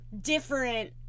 different